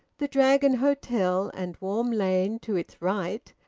the dragon hotel and warm lane to its right,